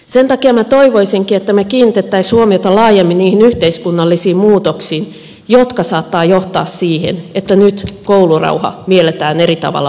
sen takia minä toivoisinkin että me kiinnittäisimme huomiota laajemmin niihin yhteiskunnallisiin muutoksiin jotka saattavat johtaa siihen että nyt koulurauha mielletään eri tavalla ongelmana